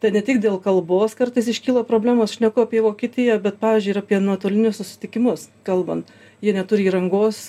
tai ne tik dėl kalbos kartais iškyla problemos šneku apie vokietiją bet pavyzdžiui ir apie nuotolinius susitikimus kalbant jie neturi įrangos